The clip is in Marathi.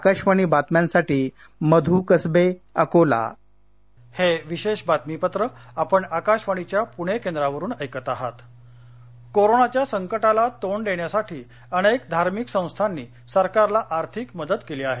आकाशवाणी बातम्यांसाठी मध् कसबे अकोला जनजागती चंद्रपर कोरोनाच्या संकटाला तोंड देण्यासाठी अनेक धार्मिक संस्थानी सरकारला आर्थिक मदत केली आहे